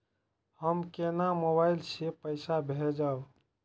हम केना मोबाइल से पैसा भेजब?